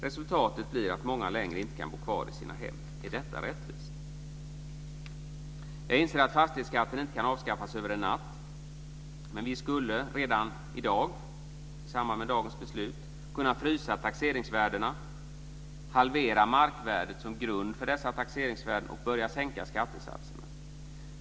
Resultatet blir att många inte längre kan bo kvar i sina hem. Är detta rättvist? Jag inser att fastighetsskatten inte kan avskaffas över en natt. Men vi skulle redan i dag i samband med dagens beslut kunna frysa taxeringsvärdena, halvera markvärdet som grund för dessa taxeringsvärden och börja att sänka skattesatserna.